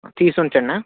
తీసి ఉంచండి